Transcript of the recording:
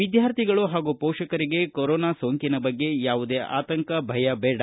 ವಿದ್ವಾರ್ಥಿಗಳು ಹಾಗೂ ಮೋಷಕರಿಗೆ ಕೊರೋನಾ ಸೋಂಕಿನ ಬಗ್ಗೆ ಯಾವುದೇ ಆತಂಕ ಭಯ ಬೇಡ